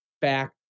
back